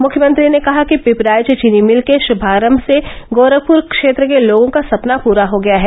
मुख्यमंत्री ने कहा कि पिपराइच चीनी मिल के श्रभारंभ से गोरखपुर क्षेत्र के लोगों का सपना पूरा हो गया है